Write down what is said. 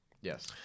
Yes